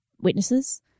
witnesses